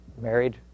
married